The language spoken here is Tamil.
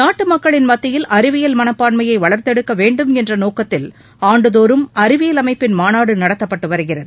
நாட்டு மக்களின் மத்தியில் அறிவியல் மனப்பான்மையை வளர்த்தெடுக்க வேண்டும் என்ற நோக்கத்தில் ஆண்டுதோறும் அறிவியல் அமைப்பின் மாநாடு நடத்தப்பட்டு வருகிறது